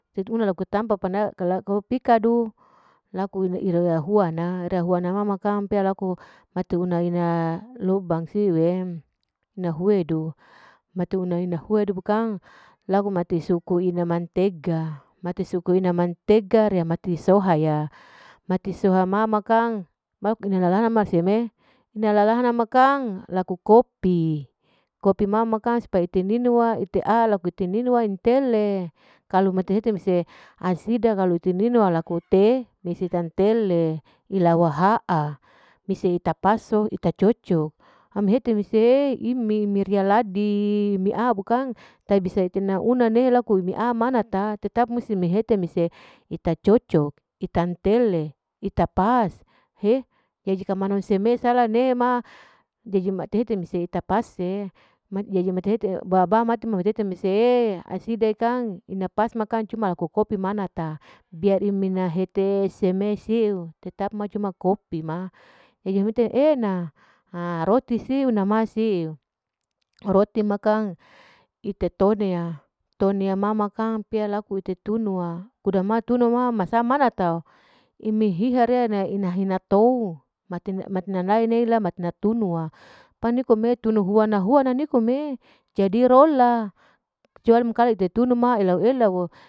Jadi una laku tampa laku pikadu laku iria huana iria mama kang huana pea laku teuna ina lobang siu'e, ina huedu mate una ina huedu kang mati suku ina mantega riya mati sohaya, mati soha mama kang, laku ina lalana seme, ina lalana kang laku kopi, kopi mama kang supaya ite ninu, supaya ite wah laku ite ninu intele. kalu mati hete mese, kalu mati hete mese, hasida kalu ite ninu alaku teh hise tantele ila waha'a mise tapaso ita cocok, ama hete mete imi riya ladi imi ah taha bisa ite nauna nehi laku mi amanata tetap imise mehete ita cocok, itantele, ita pas he, jadi mati hete baba mati, mati hese mise, hasida kang ina pas kang cuma laku kopi manata, biar imina hete seme siu tetap ma cuma kopi ma, jadi amina hete e'ena, ha roti siu nama, nama siu, roti ma kang itatone, tonea mama kang pea laku ite tenuwa, kuda ma tunu wa masa manata imi hihiria, imi tou, mat nainela tunuwa panikone tunu nanikome jadi rola jual meka it atunua elau elau.